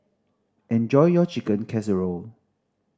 enjoy your Chicken Casserole